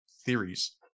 theories